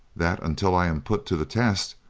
that until i am put to the test,